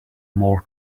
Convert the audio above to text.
more